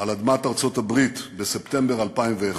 על אדמת ארצות-הברית בספטמבר 2001,